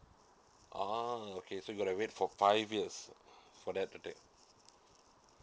oo okay so you gotta wait for five years for that to the